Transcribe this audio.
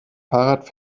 fahrrad